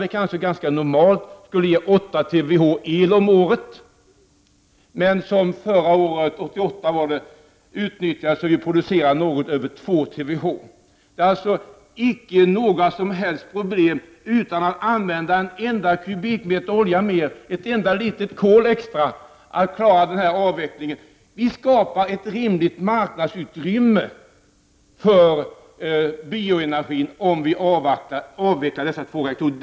Det skulle kanske i normala fall ge 8 TWh el om året, men 1988 producerade det något över 2 TWh. Det är alltså icke några som helst problem: utan att använda en enda kubikmeter olja mer, ett enda litet kol extra kan vi klara den här avvecklingen. Vi skapar ett rimligt marknadsutrymme för bioenergi om vi avvecklar dessa två reaktorer.